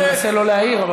אני מנסה לא להעיר.